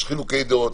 יש חילוקי דעות,